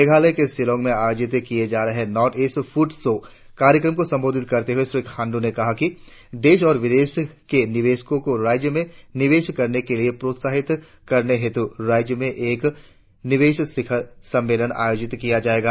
मेघालय के शिलांग में आयोजित किए जा रहे नॉर्थ ईस्ट फूड शो कार्यक्रम को संबोधित करते हुए श्री खांडू ने कहा कि देश और विदेश के निवेशकों को राज्य में निवेश करने के लिए प्रोत्साहित करने हेतु राज्य में एक निवेशक शिखर सम्मेलन आयोजित किया जाएगा